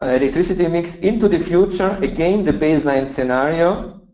ah electricity mix into the future. again, the baseline scenario.